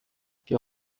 wir